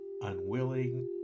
unwilling